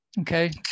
Okay